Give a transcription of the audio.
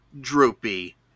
Droopy